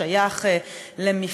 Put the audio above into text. הוא שייך למפלגתכם,